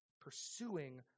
pursuing